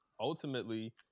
ultimately